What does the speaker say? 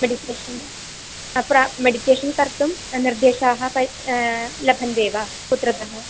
meditation प्रा meditation कर्तुं निर्देशाः प लभन्ते वा कुत्रतः